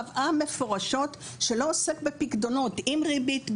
קבעה מפורשות שלא עוסק בפיקדונות עם ריבית,